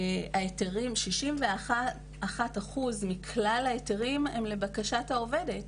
כ-61% מכלל ההיתרים הם לבקשת העובדת